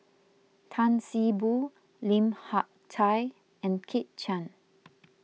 Tan See Boo Lim Hak Tai and Kit Chan